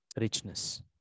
richness